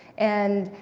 and,